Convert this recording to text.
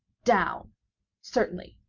down certainly,